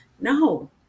no